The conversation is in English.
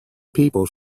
people